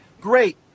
Great